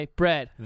bread